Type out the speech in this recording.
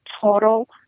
total